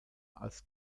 als